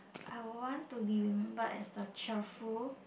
I want to be remembered as the cheerful